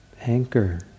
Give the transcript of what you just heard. anchor